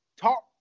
talk